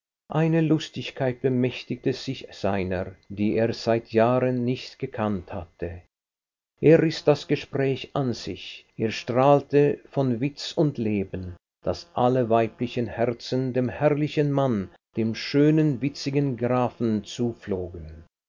eine lustigkeit bemächtigte sich seiner die er seit jahren nicht gekannt hatte er riß das gespräch an sich er strahlte von witz und leben daß alle weiblichen herzen dem herrlichen mann dem schönen witzigen grafen zuflogen